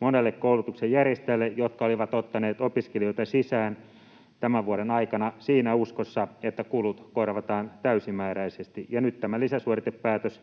monelle koulutuksenjärjestäjälle, jotka olivat ottaneet opiskelijoita sisään tämän vuoden aikana siinä uskossa, että kulut korvataan täysimääräisesti. Nyt tämä lisäsuoritepäätös